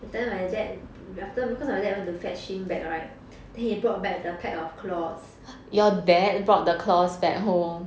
then my dad after because my dad went to fetch him back [right] then he brought back the pack of claws